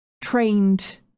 trained